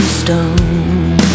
stone